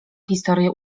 historię